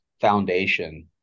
foundation